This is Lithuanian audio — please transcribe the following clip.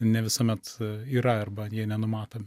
ne visuomet yra arba jie nenumatomi